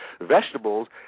vegetables